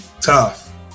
tough